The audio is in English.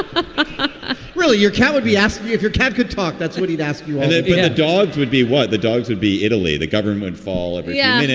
ah but really? your cat would be asking you if your cat could talk. that's what he'd ask you. and all the dogs would be what the dogs would be. italy, the government fall? yeah.